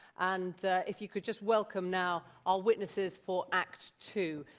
and if you could just welcome now our witnesses for act two.